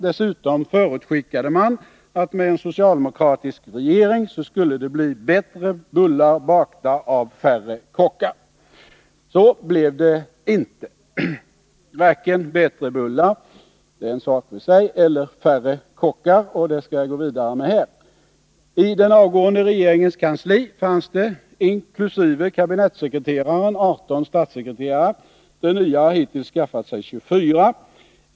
Dessutom förutskickade man att med en socialdemokratisk regering skulle det bli bättre bullar bakta av färre kockar. Så blev det inte — varken bättre bullar, och det är en sak för sig, eller färre kockar, och det skall jag gå vidare med här. I den avgående regeringens kansli fanns det — inkl. kabinettssekreteraren — 18 statssekreterare. Den nya har hittills skaffat sig 24.